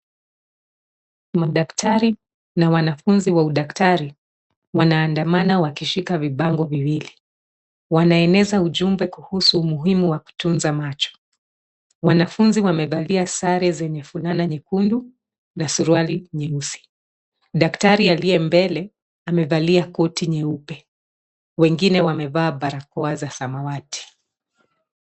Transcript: Madaktari na wanafunzi wa udaktari wanaandamana wakishika vibango viwili. Wanaeneza ujumbe kuhusu umuhimu wa kutunza macho. Wanafunzi wamevalia sare zenye fulana nyekundu na suruali nyeusi. Daktari aliye mbele amevalia koti nyeupe wengine wamevaa barakoa za samawati.